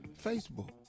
facebook